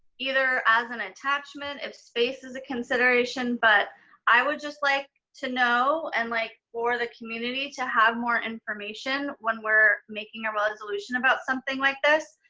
either as an attachment if space is a consideration, but i would just like to know, and like for the community to have more information when we're making a resolution about something like this,